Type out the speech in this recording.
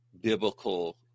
biblical